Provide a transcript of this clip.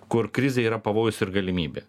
kur krizė yra pavojus ir galimybė